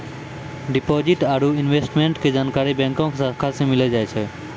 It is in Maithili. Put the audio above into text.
डिपॉजिट आरू इन्वेस्टमेंट के जानकारी बैंको के शाखा मे मिली जाय छै